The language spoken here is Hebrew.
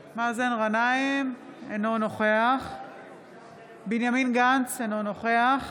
גנאים, אינו נוכח בנימין גנץ, אינו נוכח